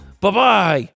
Bye-bye